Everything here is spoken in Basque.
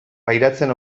pairatzen